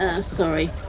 Sorry